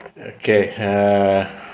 Okay